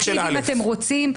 אם אתם רוצים,